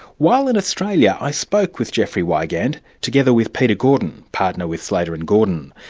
while in australia, i spoke with jeffrey wigand, together with peter gordon, partner with slater and gordon.